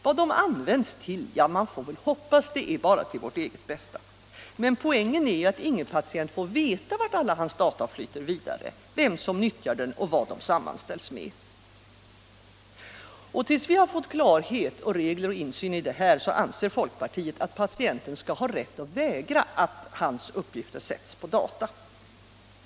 Vad de används till är förhoppningsvis enbart till vårt eget bästa; men poängen är att ingen patient får veta vart alla hans data flyter vidare, vem som nyttjar dem och vad de sammanställs med. Tills vi har fått klarhet och regler och insyn i detta, anser folkpartiet Allmänpolitisk debatt Allmänpolitisk debatt att patienten skall ha rätt att vägra att hans uppgifter sätts på data.